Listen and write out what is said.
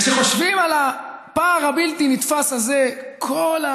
כשחושבים על הפער הבלתי-נתפס הזה, כל,